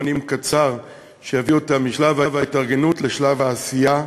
קצר שיביא אותה משלב ההתארגנות לשלב העשייה,